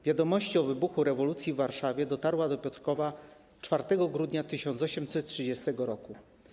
Wiadomości o wybuchu rewolucji w Warszawie dotarły do Piotrkowa 4 grudnia 1830 r.